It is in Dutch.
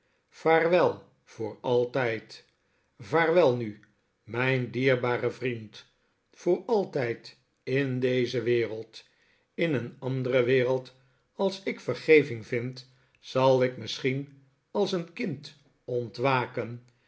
vaarwel voor altijd vaarwel nu mijn dierbare vriend voor altijd in deze wereld in een andere wereld als ik vergeving vind zal ik misschien als een kind